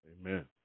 Amen